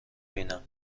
بینم